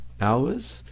hours